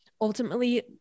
ultimately